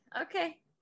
okay